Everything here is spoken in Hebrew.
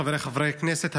חבריי חברי הכנסת,